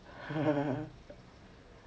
!huh!